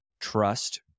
trust